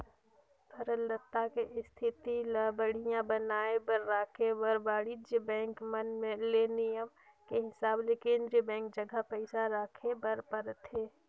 तरलता के इस्थिति ल बड़िहा बनाये बर राखे बर वाणिज्य बेंक मन ले नियम के हिसाब ले केन्द्रीय बेंक जघा पइसा राखे बर परथे